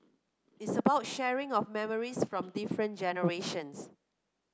it's about sharing of memories from different generations